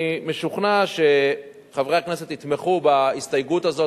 אני משוכנע שחברי הכנסת יתמכו בהסתייגות הזאת